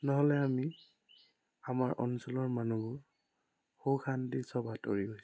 নহ'লে আমি আমাৰ অঞ্চলৰ মানুহবোৰ সুখ শান্তি চব আঁতৰি গৈছে